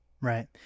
Right